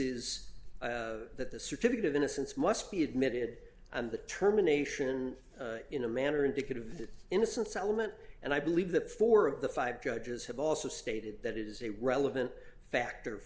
is that the certificate of innocence must be admitted and the terminations in a manner indicative that innocence element and i believe that four of the five judges have also stated that it is a relevant factor